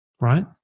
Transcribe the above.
right